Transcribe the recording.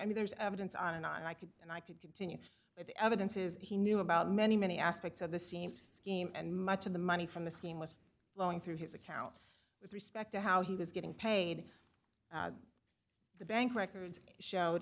i mean there's evidence on and i could and i could continue with the evidence is he knew about many many aspects of the seams scheme and much of the money from the scheme was flowing through his account with respect to how he was getting paid the bank records showed